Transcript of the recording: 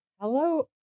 Hello